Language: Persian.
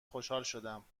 خوشحالم